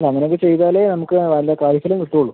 അല്ല അങ്ങനെ ഒക്കെ ചെയ്താലെ നമുക്ക് അതിൻ്റ കായ് ഫലം കിട്ടുകയുള്ളു